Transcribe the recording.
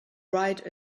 write